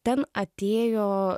ten atėjo